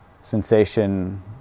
sensation